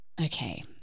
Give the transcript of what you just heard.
Okay